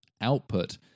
output